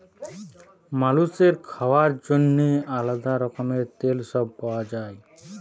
মালুসের খাওয়ার জন্যেহে আলাদা রকমের তেল সব পাওয়া যায়